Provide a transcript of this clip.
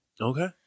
Okay